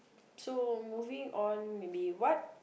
so moving on maybe what